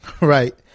Right